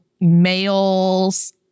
males